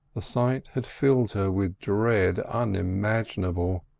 the sight had filled her with dread unimaginable,